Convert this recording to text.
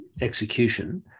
execution